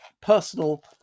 personal